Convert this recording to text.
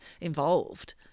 involved